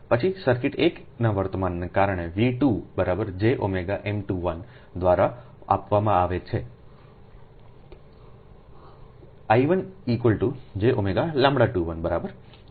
પછી સર્કિટ 1 ના વર્તમાનને કારણેV2jωM21દ્વારા આપવામાં આવે છે